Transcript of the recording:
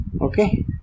okay